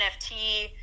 NFT